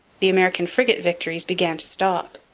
the american frigate victories began to stop.